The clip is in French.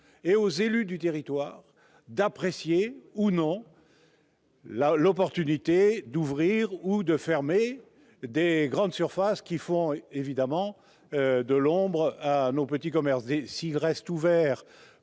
et à leurs élus la responsabilité d'apprécier l'opportunité d'ouvrir ou de fermer des grandes surfaces qui font évidemment de l'ombre à nos petits commerces. Si elles restent ouvertes